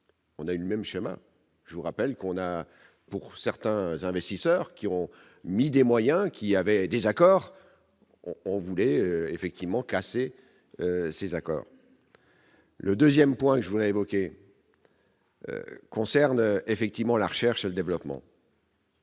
On a eu le même chemin, je vous rappelle qu'on a pour certains investisseurs qui ont mis des moyens qu'il y avait accords on voulait effectivement casser ces accords, le 2ème point je voulais évoquer concerne effectivement la recherche et le développement.